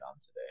today